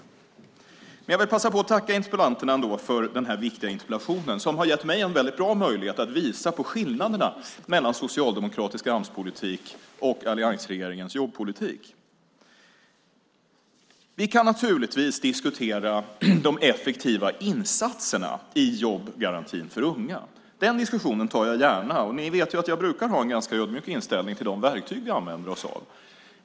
Jag vill ändå passa på att tacka interpellanterna för denna viktiga interpellation som har gett mig en väldigt bra möjlighet att visa på skillnaderna mellan socialdemokratisk Amspolitik och alliansregeringens jobbpolitik. Vi kan naturligtvis diskutera de effektiva insatserna i jobbgarantin för unga. Den diskussionen tar jag gärna, och ni vet ju att jag brukar ha en ganska ödmjuk inställning till de verktyg som vi använder oss av.